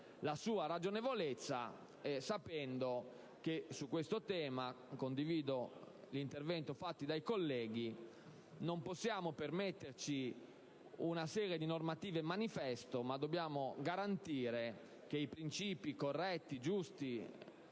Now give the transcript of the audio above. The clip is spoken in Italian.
la sua ragionevolezza, sapendo che su questo tema - condivido gli interventi dei colleghi - non possiamo permetterci una serie di normative-manifesto, ma dobbiamo garantire principi corretti e giusti